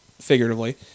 Figuratively